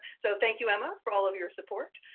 so thank you, emma, for all of your support.